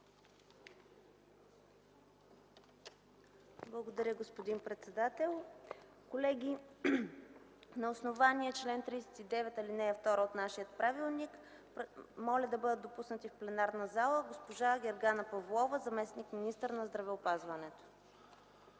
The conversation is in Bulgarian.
Благодаря, господин председател. Колеги, на основание чл. 39, ал. 2 от нашия правилник моля да бъде допусната в пленарната зала госпожа Гергана Павлова – заместник-министър на здравеопазването.